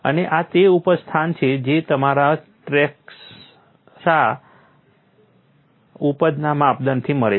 અને આ તે ઉપજ સ્થાન છે જે તમને તમારા ટ્રેસ્કા ઉપજના માપદંડથી મળે છે